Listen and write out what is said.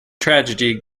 tragedy